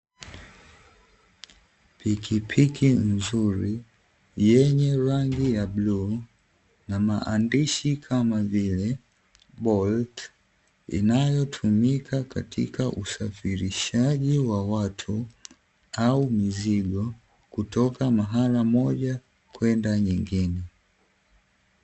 Pikipiki nzuri yenye rangi ya bluu na maandishi kama vile bolt, inayotumika kwajili ya usafirishaji wa watu au mizigo kutoka sehemu moja kwenda nyingine.